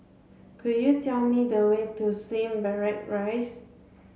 could you tell me the way to Slim Barrack Rise